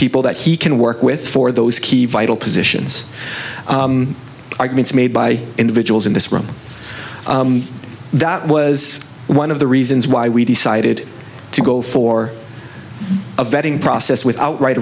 people that he can work with for those key vital positions arguments made by individuals in this room that was one of the reasons why we decided to go for a vetting process without right